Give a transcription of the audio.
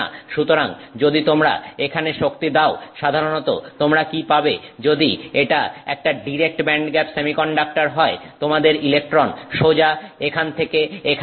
সুতরাং যদি তোমরা এখানে শক্তি দাও সাধারণত তোমরা কি পাবে যদি এটা একটা ডিরেক্ট ব্যান্ডগ্যাপ সেমিকন্ডাক্টর হয় তোমাদের ইলেকট্রন সোজা এখান থেকে এখানে যাবে